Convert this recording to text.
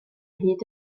hyd